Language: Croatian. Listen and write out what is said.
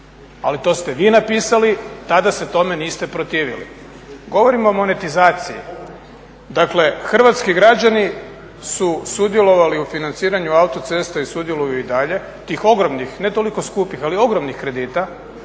Ali to ste vi napisali, tada se tome niste protivili. Govorim o monetizaciji. Dakle, hrvatski građani su sudjelovali u financiranju autocesta i sudjeluju i dalje, tih ogromnih, ne toliko skupih, ali ogromnih kredita